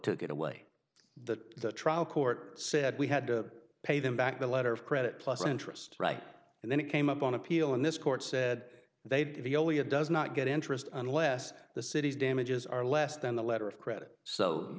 took it away that the trial court said we had to pay them back a letter of credit plus interest right and then it came up on appeal and this court said they'd veolia does not get interest unless the city's damages are less than the letter of credit so